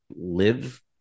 live